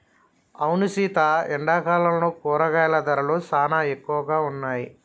అవును సీత ఎండాకాలంలో కూరగాయల ధరలు సానా ఎక్కువగా ఉన్నాయి